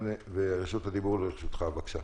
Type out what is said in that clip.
בבקשה.